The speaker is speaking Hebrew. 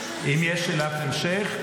אם יש שאלת המשך,